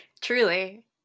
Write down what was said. Truly